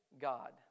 God